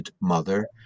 Mother